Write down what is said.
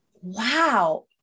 Wow